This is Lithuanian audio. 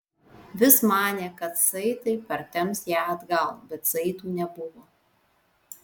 vis manė kad saitai partemps ją atgal bet saitų nebuvo